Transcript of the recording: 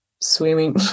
swimming